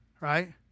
right